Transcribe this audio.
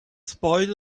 spoiled